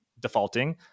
defaulting